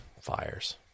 fires